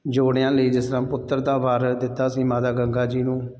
ਜੋੜਿਆਂ ਲਈ ਜਿਸ ਤਰ੍ਹਾਂ ਪੁੱਤਰ ਦਾ ਵਰ ਦਿੱਤਾ ਸੀ ਮਾਤਾ ਗੰਗਾ ਜੀ ਨੂੰ